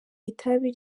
itabi